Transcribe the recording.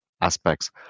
aspects